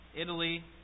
Italy